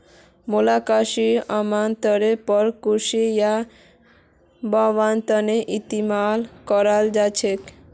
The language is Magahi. मोलस्किसाइड्स आमतौरेर पर कृषि या बागवानीत इस्तमाल कराल जा छेक